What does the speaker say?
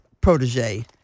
protege